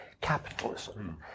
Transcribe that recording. capitalism